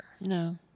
No